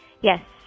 Yes